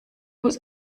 was